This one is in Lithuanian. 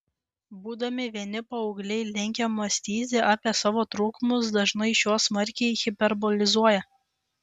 būdami vieni paaugliai linkę mąstyti apie savo trūkumus dažnai šiuos smarkiai hiperbolizuoja